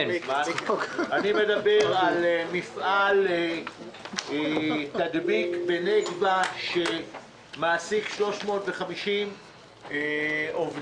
אני מדבר על מפעל תדביק בנגבה שמעסיק 350 עובדים,